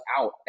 out